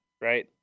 right